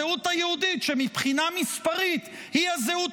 הזהות היהודית שמבחינה מספרית היא הזהות